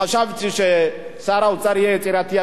חשבתי ששר האוצר יהיה יצירתי,